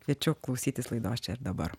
kviečiu klausytis laidos čia ir dabar